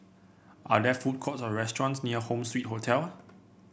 are there food courts or restaurants near Home Suite Hotel